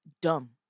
dumb